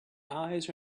eyes